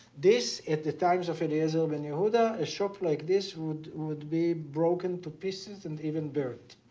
this, at the times of eliezer ben-yehuda, a shop like this would would be broken to pieces and even burnt.